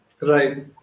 Right